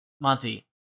Monty